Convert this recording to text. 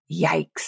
Yikes